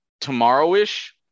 tomorrow-ish